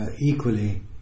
equally